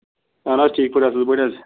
اَہَن حظ ٹھیٖک پٲٹھۍ اَصٕل پٲٹھۍ حظ